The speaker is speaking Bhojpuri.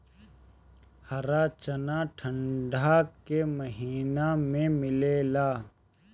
हरा चना ठंडा के महिना में मिलेला